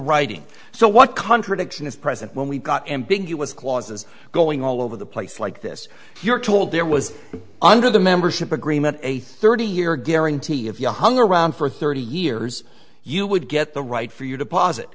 writing so what contradiction is present when we've got ambiguous clauses going all over the place like this here told there was under the membership agreement a thirty year guarantee if you hung around for thirty years you would get the right for your deposit